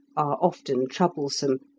often troublesome,